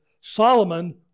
Solomon